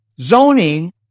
Zoning